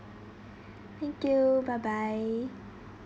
thank you bye bye